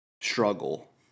struggle